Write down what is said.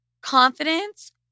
confidence